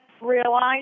realize